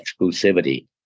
exclusivity